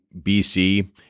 BC